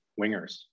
wingers